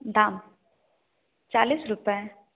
दाम चालीस रुपये